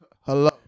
Hello